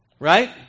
Right